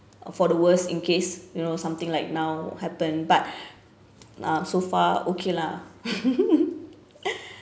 for the worst in case you know something like now happen but uh so far okay lah